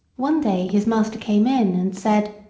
one day his master came in and said,